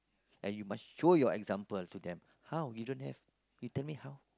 and you must show your example to them how you don't have you tell me how